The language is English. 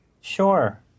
Sure